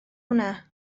hwnna